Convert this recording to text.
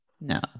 No